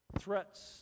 Threats